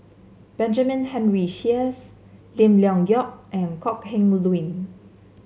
Benjamin Henry Sheares Lim Leong Geok and Kok Heng Leun